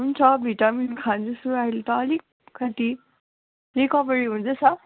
हुन्छ भिटामिन खाँदैछु अहिले त अलिक कति रिकभरी हुँदैछ